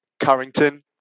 Carrington